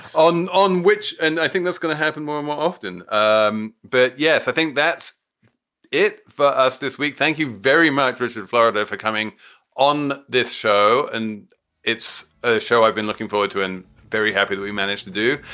on on which and i think that's going to happen more more often. um but, yes, i think that's it for us this week. thank you very much, richard florida, for coming on this show. and it's a show i've been looking forward to and very happy to be managed to do.